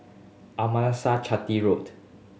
Chetty Road